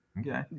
okay